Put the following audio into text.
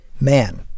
Man